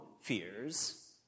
fears